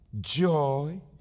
joy